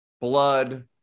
blood